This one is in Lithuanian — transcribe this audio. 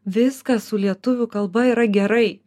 viskas su lietuvių kalba yra gerai